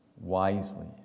wisely